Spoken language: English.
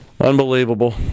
Unbelievable